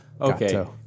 Okay